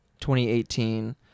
2018